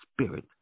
spirit